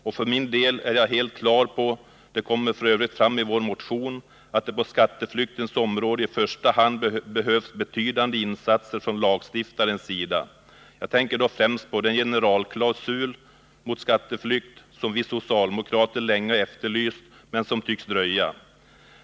Och för min del är jag helt klar på — det kommer f. ö. fram i vår motion — att det på skatteflyktens område i första hand behövs betydande insatser från lagstiftarens sida. Jag tänker då främst på den generalklausul mot skatteflykt som vi socialdemokrater länge har efterlyst men som tycks dröja.